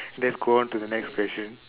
let's go on to the next question